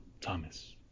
Thomas